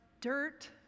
dirt